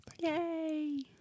Yay